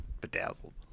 bedazzled